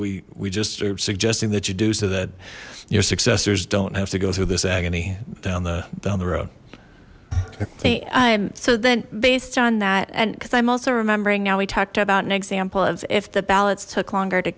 we we just suggesting that you do so that your successors don't have to go through this agony down the down the road i'm so then based on that and because i'm also remembering now we talked about an example as if the ballots took longer to